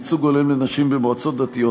ייצוג הולם לנשים במועצות דתיות),